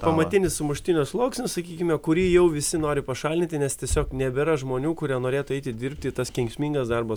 pamatinis sumuštinio sluoksnis sakykime kurį jau visi nori pašalinti nes tiesiog nebėra žmonių kurie norėtų eiti dirbti į tas kenksmingas darbo